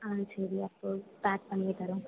ஆ சரி அப்போ பேக் பண்ணியே தரோம்